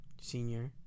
senior